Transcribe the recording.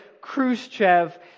Khrushchev